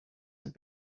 had